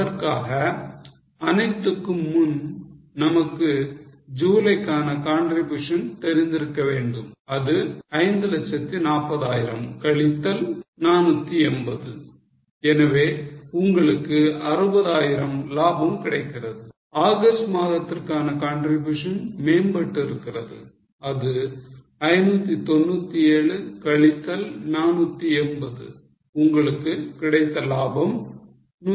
அதற்காக அனைத்துக்கும் முன் நமக்கு ஜூலைக்கான contribution தெரிந்திருக்க வேண்டும் அது 540000 கழித்தல் 480 எனவே உங்களுக்கு 60000 லாபம் கிடைக்கிறது ஆகஸ்ட் மாதத்திற்கான contribution மேம்பட்டு இருக்கிறது அது 597 கழித்தல் 480 உங்களுக்கு கிடைத்த லாபம் 117